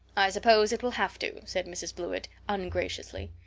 i suppose it'll have to, said mrs. blewett ungraciously.